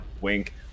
wink